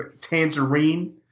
tangerine